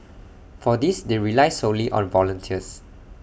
for this they rely solely on volunteers